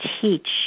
teach